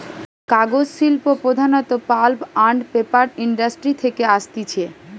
কাগজ শিল্প প্রধানত পাল্প আন্ড পেপার ইন্ডাস্ট্রি থেকে আসতিছে